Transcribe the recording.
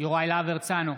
יוראי להב הרצנו,